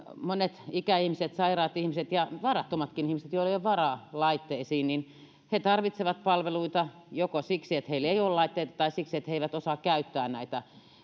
monet ikäihmiset sairaat ihmiset ja varattomatkin ihmiset joilla ei ole varaa laitteisiin tarvitsevat palveluita joko siksi että heillä ei ole laitteita tai siksi että he eivät osaa käyttää näitä